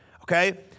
Okay